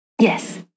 Yes